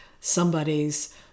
somebody's